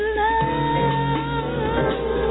love